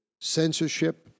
censorship